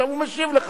עכשיו הוא משיב לך.